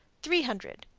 three hundred.